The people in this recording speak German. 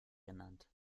genannt